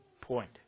point